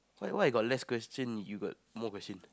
why why I got less question you got more question